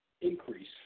increase